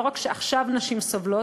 לא רק שעכשיו נשים סובלות,